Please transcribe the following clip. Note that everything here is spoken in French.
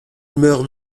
meurt